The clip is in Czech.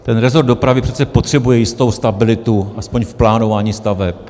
Rezort dopravy přece potřebuje jistou stabilitu aspoň v plánování staveb.